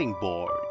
board